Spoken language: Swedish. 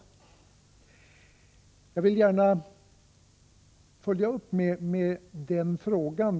Jag vill gärna följa upp med den frågan.